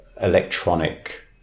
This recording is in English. electronic